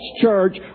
church